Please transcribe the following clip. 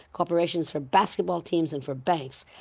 cooperation's for basketball teams and for banks.